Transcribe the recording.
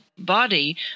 body